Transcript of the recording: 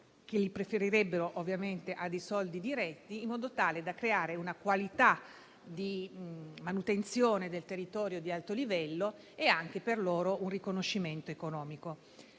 che preferirebbero ovviamente a soldi diretti, in modo tale da creare una qualità di manutenzione del territorio di alto livello e anche, per loro, un riconoscimento economico.